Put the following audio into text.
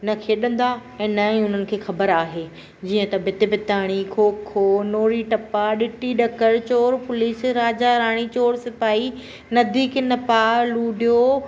न खेॾंदा ऐं न ई हुननि खे ख़बरु आहे जीअं त भिति भिताणी खो खो नूरी टपा इटी ॾकर चोर पुलिस राजा राणी चोर सिपाही नदी किन पार लूड्यो